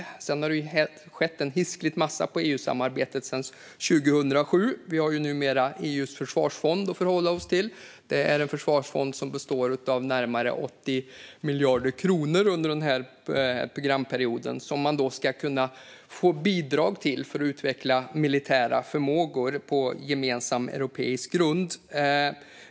Sedan 2007 har det dock skett hiskeligt mycket inom EU-samarbetet. Vi har numera EU:s försvarsfond att förhålla oss till. Denna fond består av närmare 80 miljarder kronor under programperioden. Ur den ska man kunna få bidrag för att utveckla militära förmågor på gemensam europeisk grund.